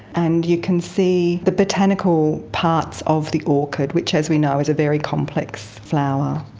and you can see the botanical parts of the orchid, which as we know is a very complex flower.